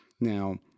Now